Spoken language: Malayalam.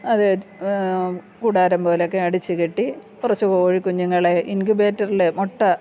അത് കൂടാരം പോലയൊക്കെ അടച്ചു കെട്ടി കുറച്ചു കോഴി കുഞ്ഞുങ്ങളെ ഇൻകുബേറ്ററിലെ മുട്ട